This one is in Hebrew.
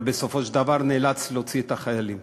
אבל בסופו של דבר הוא נאלץ להוציא את החיילים.